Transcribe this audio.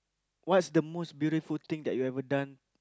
what's the most beautiful thing that you every done